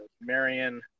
Marion